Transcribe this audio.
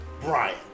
Brian